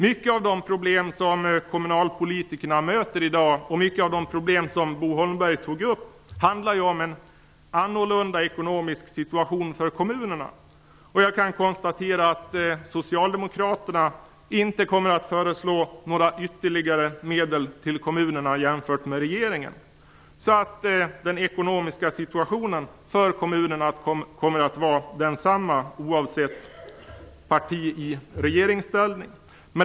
Många av de problem som kommunalpolitikerna möter i dag och många av de problem som Bo Holmberg tog upp handlar ju om en annorlunda ekonomisk situation för kommunerna. Jag kan konstatera att Socialdemokraterna inte kommer att föreslå några ytterligare medel till kommunerna jämfört med vad regeringen gör. Kommunernas ekonomiska situation kommer att vara densamma oavsett vilket parti som är i regeringsställning.